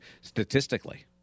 statistically